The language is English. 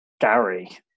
Gary